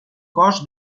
cos